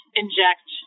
inject